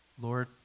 Lord